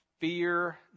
Fear